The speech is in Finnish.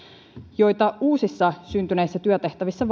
joita uusissa syntyneissä työtehtävissä